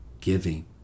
giving